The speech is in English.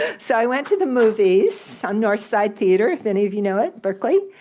so i went to the movies, so north side theater if any of you know it, berkeley,